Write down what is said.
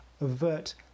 avert